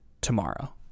tomorrow